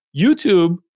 YouTube